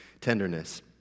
tenderness